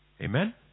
amen